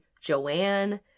Joanne